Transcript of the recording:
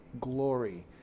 glory